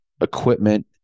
equipment